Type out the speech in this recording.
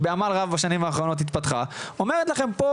שבעמל רב בשנים האחרונות התפתחה אומרת לכם פה,